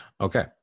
Okay